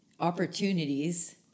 opportunities